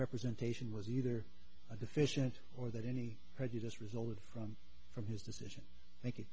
representation was either deficient or that any prejudice resulted from from his decision